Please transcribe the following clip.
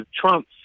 Trump